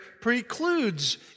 precludes